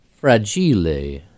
fragile